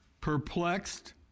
perplexed